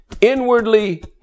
inwardly